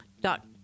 dot